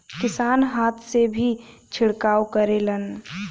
किसान हाथ से भी छिड़काव करेलन